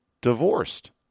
divorced